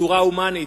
בצורה הומנית,